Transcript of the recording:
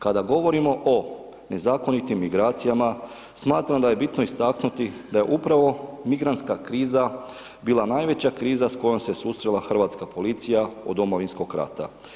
Kada govorimo o nezakonitim migracijama smatram da je bitno istaknuti da je upravo migrantska kriza bila najveća kriza s kojom se susrela Hrvatska policija od Domovinskog rata.